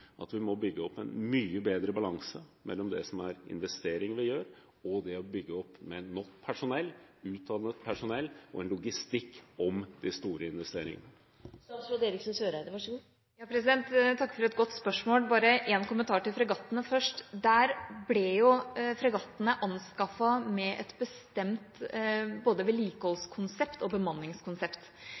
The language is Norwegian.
at vi må bygge opp en mye bedre balanse mellom det som er investeringer vi gjør, og det å bygge opp med nok utdannet personell og en logistikk omkring de store investeringene? Takk for et godt spørsmål. En kommentar til fregattene først: Fregattene ble anskaffet med både et bestemt vedlikeholdskonsept og et bestemt bemanningskonsept.